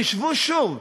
חשבו שוב,